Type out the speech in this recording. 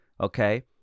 okay